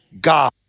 God